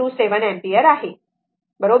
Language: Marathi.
727 अँपिअर आहे बरोबर